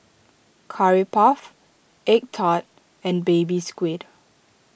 Curry Puff Egg Tart and Baby Squid